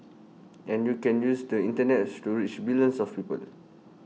and you can use the Internet to reach billions of people